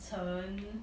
Chen